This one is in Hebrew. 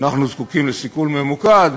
אנחנו זקוקים לסיכול ממוקד?